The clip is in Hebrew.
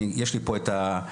יש לי פה את המתווה,